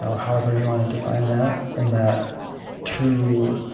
however you want to define that, and that true